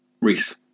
Reese